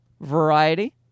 variety